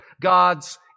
God's